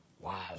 Wow